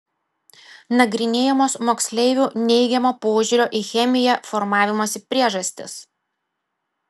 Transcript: nagrinėjamos moksleivių neigiamo požiūrio į chemiją formavimosi priežastys